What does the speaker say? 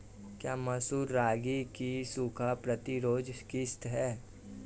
क्या मसूर रागी की सूखा प्रतिरोध किश्त है?